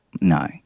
No